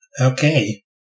okay